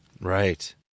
Right